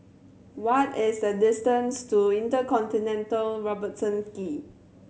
what is the distance to InterContinental Robertson Quay